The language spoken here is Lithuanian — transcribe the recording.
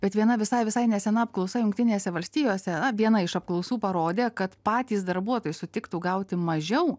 bet viena visai visai nesena apklausa jungtinėse valstijose na viena iš apklausų parodė kad patys darbuotojai sutiktų gauti mažiau